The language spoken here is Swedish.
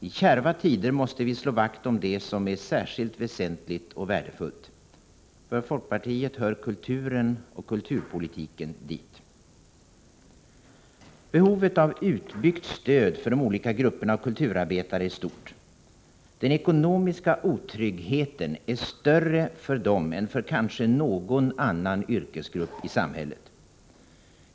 I kärva tider måste vi slå vakt om det som är särskilt väsentligt och värdefullt. För folkpartiet hör kulturen och kulturpolitiken dit. Behovet av utbyggt stöd för de olika grupperna av kulturarbetare är stort. Den ekonomiska otryggheten är större för dem än för kanske någon annan yrkesgrupp i samhället.